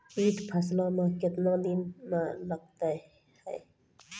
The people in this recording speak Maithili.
कीट फसलों मे कितने दिनों मे लगते हैं?